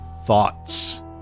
thoughts